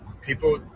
people